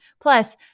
Plus